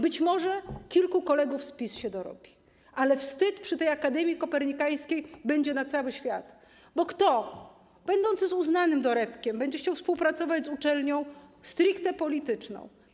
Być może kilku kolegów z PiS się dorobi, ale wstyd przy tej Akademii Kopernikańskiej będzie na cały świat, bo kto z uznanym dorobkiem będzie chciał współpracować z uczelnią stricte polityczną?